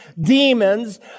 demons